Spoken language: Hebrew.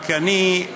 רק, אני נזכר,